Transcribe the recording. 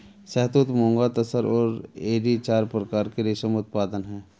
शहतूत, मुगा, तसर और एरी चार प्रकार के रेशम उत्पादन हैं